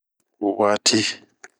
Waati.